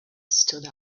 stood